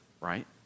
right